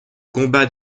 combat